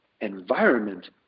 environment